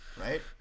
right